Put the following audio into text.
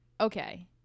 okay